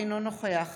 אינו נוכח